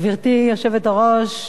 גברתי היושבת-ראש,